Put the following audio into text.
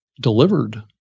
delivered